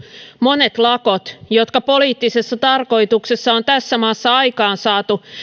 monet lakot jotka poliittisessa tarkoituksessa on tässä maassa aikaansaatu